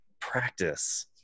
practice